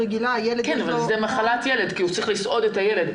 זאת מחלת ילד, כי הוא צריך לסעוד את הילד.